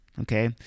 Okay